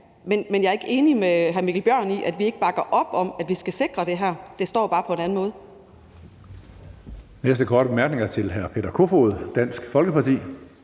men jeg er ikke enig med hr. Mikkel Bjørn i, at vi ikke bakker op om, at vi skal sikre det her. Det står bare på en anden måde.